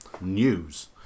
news